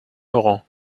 laurent